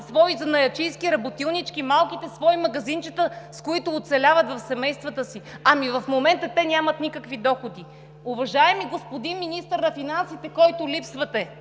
свои занаятчийски работилнички, малките свои магазинчета, с които оцеляват в семействата си. Ами в момента те нямат никакви доходи! Уважаеми господин Министър на финансите, който липсвате,